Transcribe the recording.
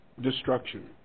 destruction